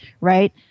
Right